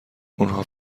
اونها